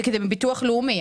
זה מביטוח לאומי,